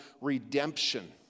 redemption